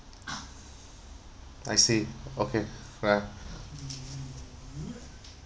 I see okay well